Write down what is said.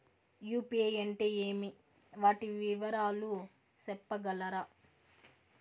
UPI అంటే ఏమి? వాటి వివరాలు సెప్పగలరా?